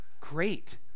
great